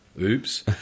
Oops